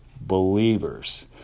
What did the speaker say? believers